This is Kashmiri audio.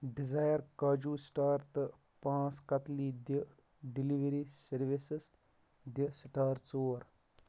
ڈِزایر کاجوٗ سِٹَار تہٕ پانٛژھ کَتلی دِ ڈِلؤری سٔروِسَس دِ سِٹار ژور